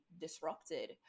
disrupted